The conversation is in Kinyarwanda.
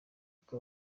kuko